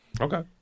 Okay